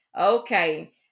Okay